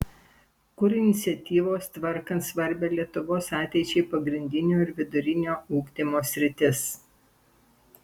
kur iniciatyvos tvarkant svarbią lietuvos ateičiai pagrindinio ir vidurinio ugdymo sritis